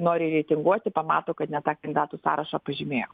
nori reitinguoti pamato kad ne tą kandidatų sąrašą pažymėjo